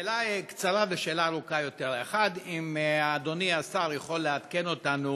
שאלה קצרה ושאלה ארוכה יותר: 1. האם אדוני השר יכול לעדכן אותנו